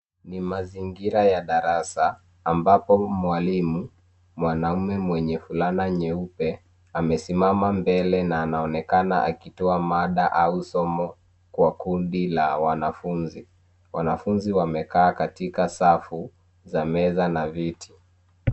Ni mazingira ya darasa ambapo mwalimu, mwanaume mwenye fulana nyeupe, amesimama mbele na anaonekana akitoa mada au somo kwa kundi la wanafunzi. Wanafunzi wamekaa katika safu za meza na viti.